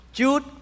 Jude